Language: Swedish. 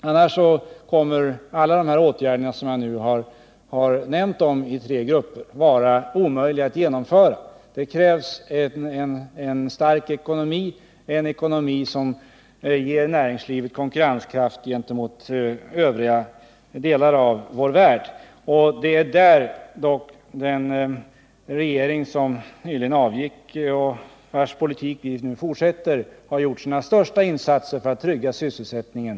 De tre typer av åtgärder jag nu talat om kommer annars att bli omöjliga att genomföra. Det krävs en stark ekonomi, en ekonomi som ger näringslivet konkurrenskraft gentemot övriga delar av vår värld. Det är på detta område som den regering som nyligen avgick och vars politik vi nu utvecklar har gjort sina största insatser när det gäller att trygga sysselsättningen.